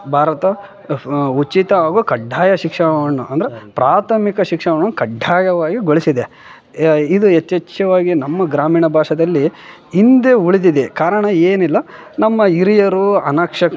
ಭಾರತ ಉಚಿತ ಹಾಗು ಕಡ್ಡಾಯ ಶಿಕ್ಷಣವನ್ನು ಅಂದ್ರೆ ಪ್ರಾಥಮಿಕ ಶಿಕ್ಷಣವನ್ನು ಕಡ್ಡಾಯವಾಗಿ ಗೊಳಿಸಿದೆ ಇದು ಯಥೇಚ್ಛವಾಗಿ ನಮ್ಮ ಗ್ರಾಮೀಣ ಭಾಷೆದಲ್ಲಿ ಹಿಂದೆ ಉಳಿದಿದೆ ಕಾರಣ ಏನು ಇಲ್ಲ ನಮ್ಮ ಹಿರಿಯರು ಅನಕ್ಷ